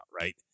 right